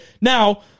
Now